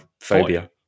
phobia